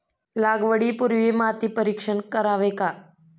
लागवडी पूर्वी माती परीक्षण करावे का?